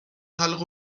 حلق